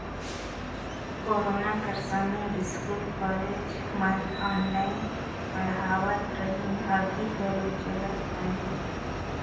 corona कर समें school, college मन ऑनलाईन पढ़ावत रहिन, अभीं घलो चलत अहे